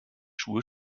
schuhe